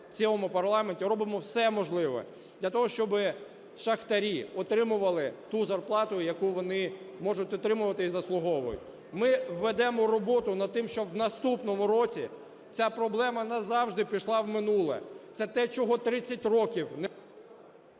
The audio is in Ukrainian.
в цьому парламенті робимо все можливе для того, щоби шахтарі отримували ту зарплату, яку вони можуть отримувати і заслуговують Ми ведемо роботу над тим, щоб у наступному році ця проблема назавжди пішла в минуле. Це те, чого 30 років…